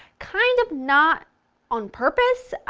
kind of not on purpose,